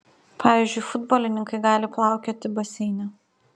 pavyzdžiui futbolininkai gali plaukioti baseine